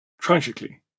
tragically